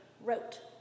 wrote